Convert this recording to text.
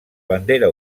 bandera